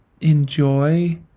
enjoy